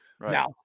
Now